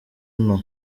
nto